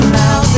now